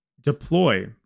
deploy